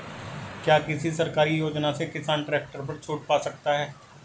क्या किसी सरकारी योजना से किसान ट्रैक्टर पर छूट पा सकता है?